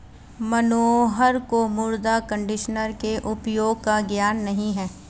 मनोहर को मृदा कंडीशनर के उपयोग का ज्ञान नहीं है